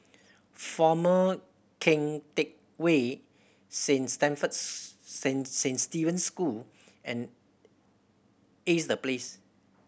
Former Keng Teck Whay Saint Stephen's San San Steven School and Ace The Place